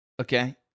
Okay